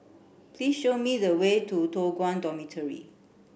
please show me the way to Toh Guan Dormitory